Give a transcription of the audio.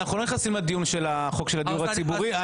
אנחנו לא נכנסים לדיון של חוק הדיור הציבורי.